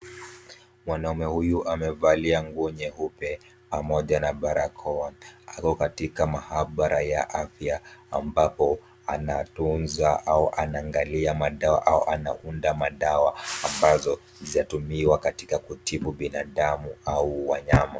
Mwanaume huyu amevalia nguo nyeupe pamoja na barakoa. Ako katika maabara ya afya ambapo anatunza au anaangalia madawa au anaunda madawa ambazo zinatumiwa katika kutibu binadamu au wanyama.